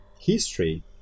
history